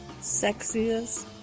sexiest